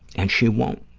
and she won't.